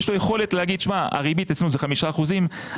יש לו יכולת להגיד שהריבית אצלנו היא חמישה אחוזים,